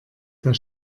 der